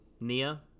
Nia